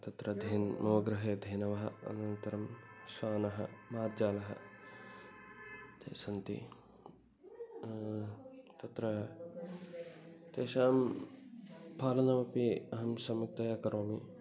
तत्र धेनुः गृहे धेनवः अनन्तरं श्वानः मार्जालः ते सन्ति तत्र तेषां पालनमपि अहं सम्यक्तया करोमि